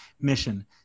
mission